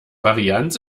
varianz